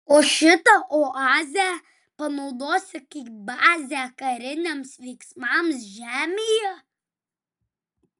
o šitą oazę panaudosi kaip bazę kariniams veiksmams žemėje